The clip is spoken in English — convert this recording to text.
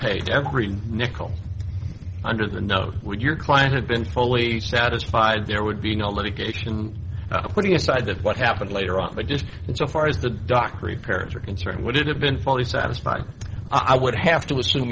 paid every nickel under the note with your client had been fully satisfied there would be no litigation putting aside that what happened later on but just so far as the doc repairs are concerned would it have been fully satisfied i would have to assume